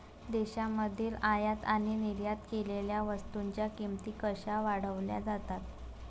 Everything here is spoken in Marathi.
देशांमधील आयात आणि निर्यात केलेल्या वस्तूंच्या किमती कशा ठरवल्या जातात?